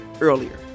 earlier